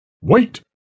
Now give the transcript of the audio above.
Wait